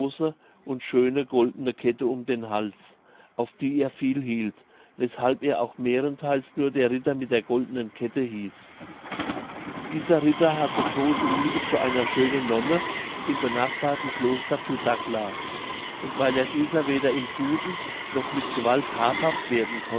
und schöne goldene kette um den hals auf die er viel hielt weshalb er auch mehrentheils nur der ritter mit der goldenen kette hieß dieser ritter hatte große liebe zu einer schönen nonne im benachbarten kloster pudagla und weil er dieser weder im guten noch mit gewalt habhaft werden